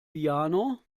piano